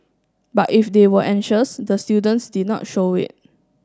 but if they were anxious the students did not show it